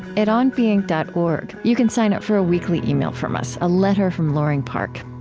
at onbeing dot org, you can sign up for a weekly email from us, a letter from loring park.